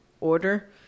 order